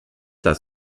das